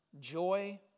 joy